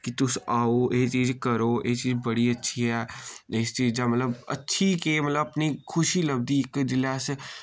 कि तुस आओ एह् चीज करो एह् चीज बड़ी अच्छी ऐ इस चीजा मतलब अच्छी केह् मतलब अपनी खुशी लभदी इक जिल्लै अस